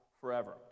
forever